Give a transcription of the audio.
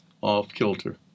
off-kilter